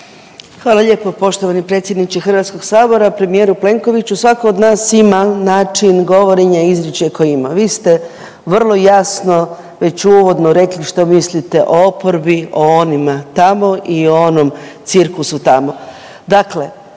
Hvala lijepo poštovani predsjedniče Hrvatskog sabora. Premijeru Plenkoviću svako od nas ima način govorenja i izričaj koji ima. Vi ste vrlo jasno već uvodno rekli što mislite o oporbi, o onima tamo i o onom cirkusu tamo.